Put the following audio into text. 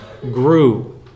grew